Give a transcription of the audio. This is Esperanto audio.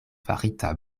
farita